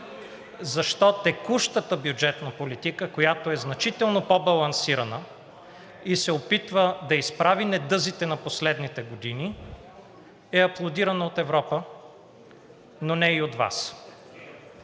защо текущата бюджетна политика, която е значително по-балансирана и се опитва да изправи недъзите на последните години, е аплодирана от Европа, но не и от Вас.